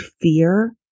fear